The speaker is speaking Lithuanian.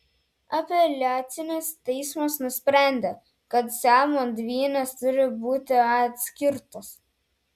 apeliacinis teismas nusprendė kad siamo dvynės turi būti atskirtos